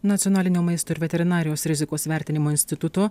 nacionalinio maisto ir veterinarijos rizikos vertinimo instituto